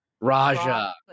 Raja